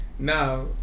Now